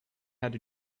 had